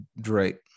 Drake